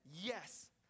yes